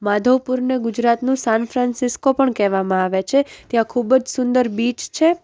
માધવપુરને ગુજરાતનું San Francisco પણ કહેવામાં આવે છે ત્યાં ખૂબ જ સુંદર બીચ છે